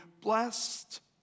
blessed